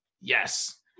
yes